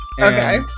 Okay